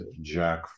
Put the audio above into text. Jack